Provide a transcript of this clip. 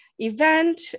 event